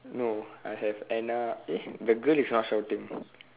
no I have Anna eh the girl is not shouting